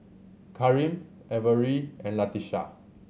Karim Averi and Latesha